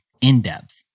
in-depth